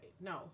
No